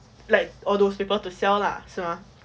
like all those people to sell lah 是吗